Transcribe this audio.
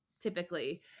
typically